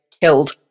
killed